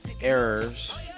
errors